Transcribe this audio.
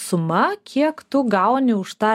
suma kiek tu gauni už tą